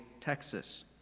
Texas